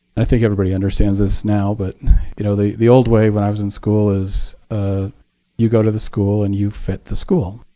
i think everybody understands this now but you know, the the old way when i was in school is ah you go to the school and you fit the school.